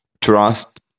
trust